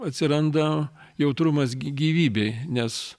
atsiranda jautrumas gy gyvybei nes